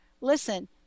listen